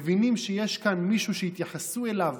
מבינים שיש כאן מישהו שהתייחסו אליו